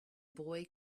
boy